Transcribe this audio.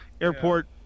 airport